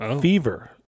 fever